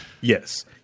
Yes